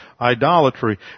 idolatry